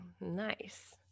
Nice